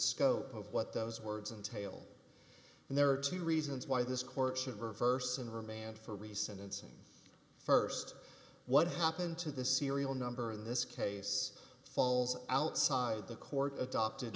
scope of what those words and tail and there are two reasons why this court should reverse and remand for recent incident st what happened to the serial number in this case falls outside the court adopted